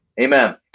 Amen